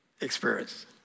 experience